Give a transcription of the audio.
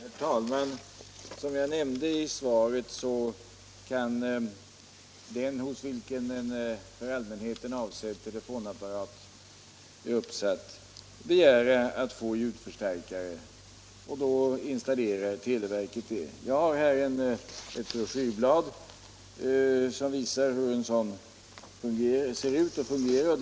Herr talman! Som jag nämnde i svaret kan den, hos vilken en för allmänheten avsedd telefonapparat är uppsatt, begära att få ljudförstärkare installerad på apparaten genom televerkets försorg. Jag har här ett broschyrblad som visar hur en sådan förstärkare ser ut och fungerar.